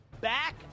back